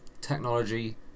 Technology